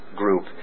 group